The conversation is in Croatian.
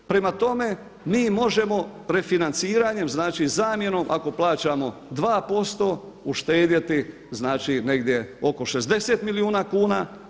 Prema tome, mi možemo refinanciranjem, znači zamjenom ako plaćamo 2% uštedjeti znači negdje oko 60 milijuna kuna.